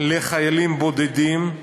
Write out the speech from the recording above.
לחיילים בודדים הוא